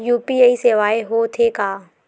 UPI सेवाएं हो थे का?